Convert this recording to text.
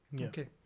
Okay